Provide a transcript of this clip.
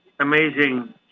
amazing